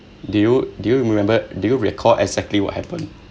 do you do you remember did you record exactly what happened